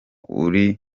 uri